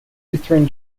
lutheran